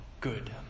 good